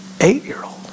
eight-year-old